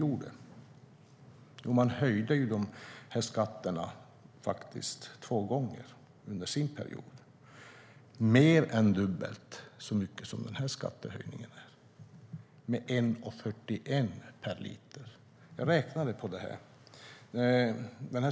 Jo, man höjde de här skatterna under sin period - två gånger faktiskt och mer än dubbelt så mycket som den här skattehöjningen med 1,41 per liter. Jag räknade på det här.